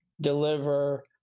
deliver